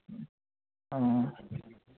অঁ